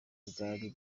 bwari